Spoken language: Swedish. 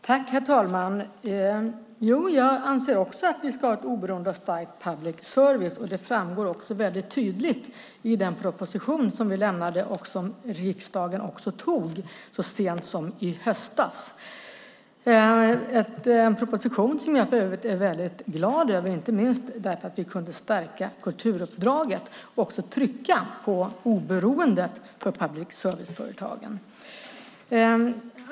Herr talman! Jag anser också att vi ska ha en oberoende och stark public service. Det framgår tydligt i den proposition som vi lämnade och som riksdagen antog så sent som i höstas. Det är en proposition som jag för övrigt är väldigt glad över, inte minst för att vi kunde stärka kulturuppdraget och också trycka på oberoendet för public service-företagen.